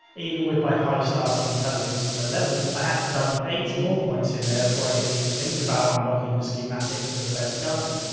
even with my high starting intelligence of eleven, i had to dump eight more points in there before i could even think about unlocking the schematics to the best guns.